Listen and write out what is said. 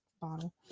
bottle